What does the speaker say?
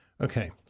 Okay